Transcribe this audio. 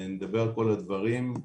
נדבר על כל הדברים.